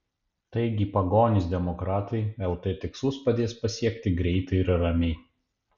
taigi pagonys demokratai lt tikslus padės pasiekti greitai ir ramiai